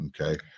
okay